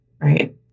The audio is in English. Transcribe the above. right